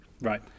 Right